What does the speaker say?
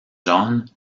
john